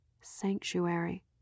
Sanctuary